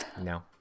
No